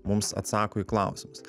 mums atsako į klausimus